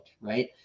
right